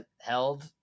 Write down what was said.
held